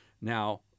Now